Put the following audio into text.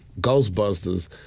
Ghostbusters